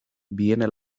viene